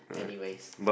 anyways